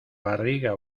barriga